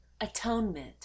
Atonement